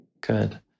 Good